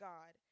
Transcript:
God